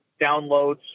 downloads